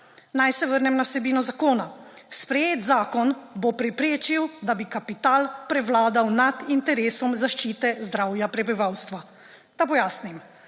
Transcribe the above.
Naj se vrnem na vsebino zakona. Sprejeti zakon bo preprečil, da bi kapital prevladal nad interesom zaščite zdravja prebivalstva. Da pojasnim.